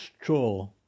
straw